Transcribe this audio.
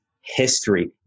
history